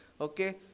okay